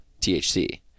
THC